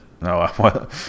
No